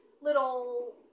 little